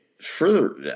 further